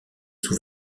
sous